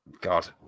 God